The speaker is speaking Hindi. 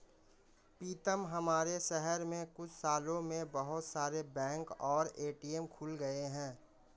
पीतम हमारे शहर में कुछ सालों में बहुत सारे बैंक और ए.टी.एम खुल गए हैं